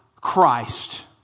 Christ